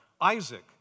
Isaac